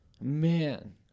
man